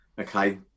Okay